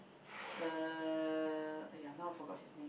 the !aiya! now I forgot his name